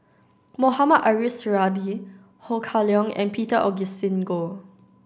Mohamed Ariff Suradi Ho Kah Leong and Peter Augustine Goh